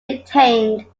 retained